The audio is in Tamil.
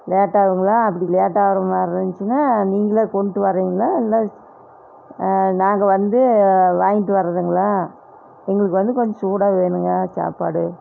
லேட்டாகுங்களா அப்படி லேட்டாகிற மாதிரி இருந்துச்சினால் நீங்களே கொண்டுட்டு வரீங்களா இல்லை நாங்கள் வந்து வாங்கிட்டு வரதுங்களா எங்களுக்கு வந்து கொஞ்சம் சூடாக வேணுங்க சாப்பாடு